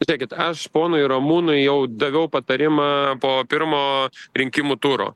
žiūrėkit aš ponui ramūnui jau daviau patarimą po pirmo rinkimų turo